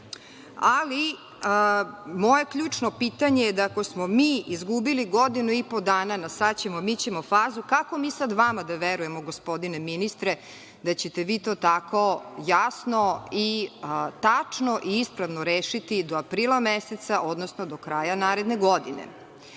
Moje ključno pitanje je da ako smo mi izgubili godinu i po dana na sad ćemo i mi ćemo fazu, kako mi sada vama da verujemo, gospodine ministre, da ćete vi to tako jasno i tačno i ispravno rešiti do aprila meseca, odnosno do kraja naredne godine. Sve